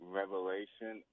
revelation